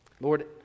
Lord